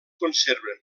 conserven